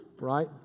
right